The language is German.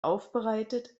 aufbereitet